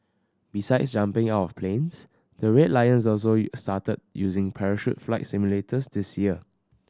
besides jumping out of planes the Red Lions also started using parachute flight simulators this year